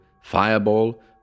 fireball